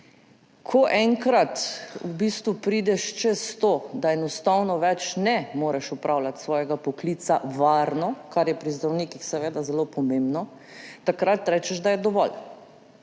v bistvu prideš čez to, da enostavno več ne moreš opravljati svojega poklica varno, kar je pri zdravnikih seveda zelo pomembno, takrat rečeš, da je dovolj.